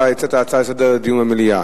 אתה הצעת הצעה לסדר לדיון במליאה.